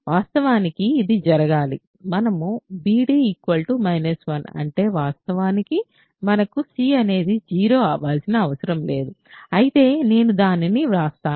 వాస్తవానికి ఇది జరగాలి మరియు bd 1 అంటే వాస్తవానికి మనకు c అనేది 0 అవ్వాల్సిన అవసరం లేదు అయితే నేను దానిని వ్రాసాను